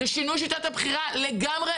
זה שינוי שיטת הבחירה לגמרי,